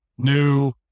new